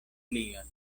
plion